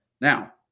Now